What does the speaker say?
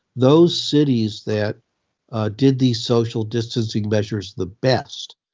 those cities that did these social distancing measures the best,